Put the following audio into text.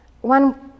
one